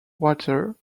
water